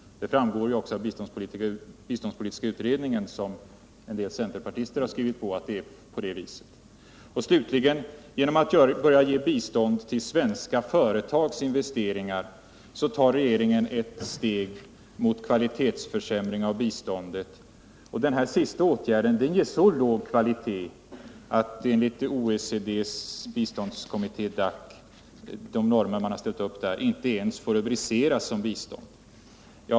Det framgår av biståndspolitiska utredningen, som en del centerpartister skrivit på. Genom att börja ge bistånd till svenska företags investeringar tar regeringen ett steg mot kvalitetsförsämring av biståndet. Den sistnämnda åtgärden ger så låg kvalitet, att det enligt de normer som uppställts i OECD:s biståndskommitté DAC inte ens får rubriceras som bistånd.